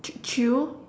ch~ chew